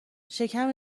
شکم